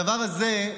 הדבר הזה,